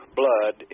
blood